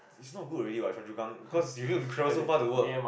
is not good already what Choa Chu Kang cause you need to travel so far to work